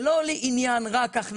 זה לא רק לעניין הכנסה,